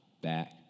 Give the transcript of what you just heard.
back